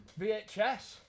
VHS